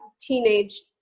teenage